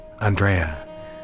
Andrea